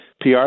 pr